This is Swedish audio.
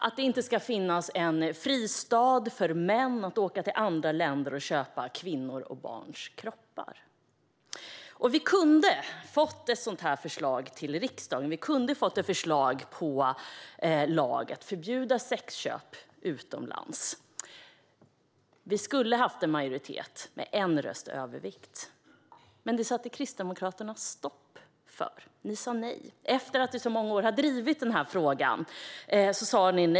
Det ska inte finnas en fristad för män att åka till andra länder för att köpa kvinnors och barns kroppar. Vi kunde ha fått ett förslag till riksdagen om att förbjuda sexköp utomlands. Vi hade då haft en majoritet med en rösts övervikt. Men det satte Kristdemokraterna stopp för. Ni sa nej, efter att ni under så många år har drivit den här frågan.